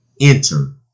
enter